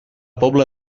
pobla